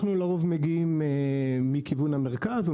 לרוב אנחנו מגיעים מכיוון המרכז.